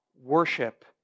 worship